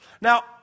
Now